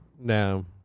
No